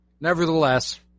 nevertheless